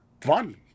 fun